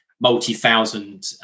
multi-thousand